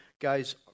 guys